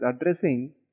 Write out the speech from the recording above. addressing